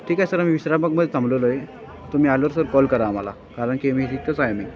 ठीक आहे सर आम्ही विश्राबागमध्ये थांबलेलो आहे तुम्ही आलो सर कॉल करा आम्हाला कारणकी मी तिथंच आहे मी